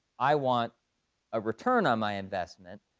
i want a return on my investment.